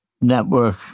network